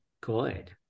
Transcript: good